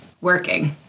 working